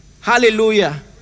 Hallelujah